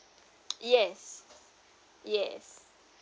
yes yes